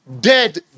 dead